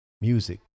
music